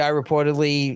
reportedly